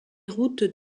routes